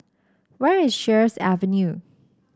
where is Sheares Avenue